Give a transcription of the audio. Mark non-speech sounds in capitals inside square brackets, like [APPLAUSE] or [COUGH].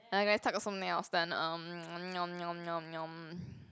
okay let's talk about something else then [NOISE]